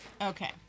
Okay